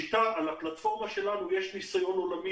על הפלטפורמה שלנו יש ניסיון עולמי